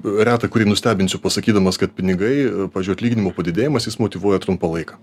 retą kurį nustebinsiu pasakydamas kad pinigai pavyzdžiui atlyginimo padidėjimas jis motyvuoja trumpą laiką